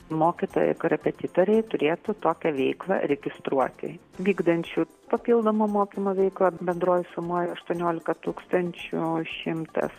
mokytojai korepetitoriai turėtų tokią veiklą registruoti vykdančių papildomą mokymo veiklą bendroj sumoj aštuoniolika tūkstančių šimtas